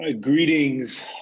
Greetings